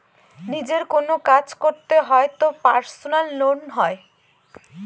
নিজের কোনো কাজ করতে হয় তো পার্সোনাল লোন হয়